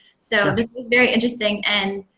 so this was very interesting. and